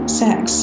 sex